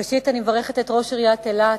ראשית, אני מברכת את ראש עיריית אילת,